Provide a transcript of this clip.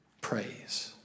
Praise